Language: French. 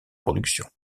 production